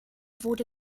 wurde